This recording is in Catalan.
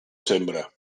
sembre